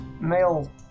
male